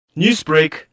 Newsbreak